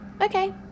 Okay